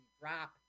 drop